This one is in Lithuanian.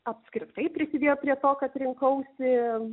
apskritai prisidėjo prie to kad rinkausi